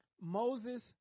Moses